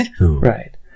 Right